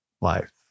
life